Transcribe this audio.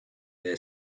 their